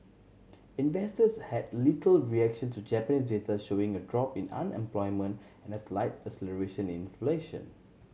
investors had little reaction to Japanese data showing a drop in unemployment and a slight acceleration in inflation